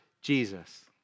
Jesus